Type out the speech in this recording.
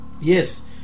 Yes